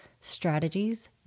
strategies